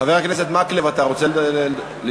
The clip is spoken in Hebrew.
חבר הכנסת מקלב, אתה רוצה להסתייג?